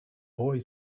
boy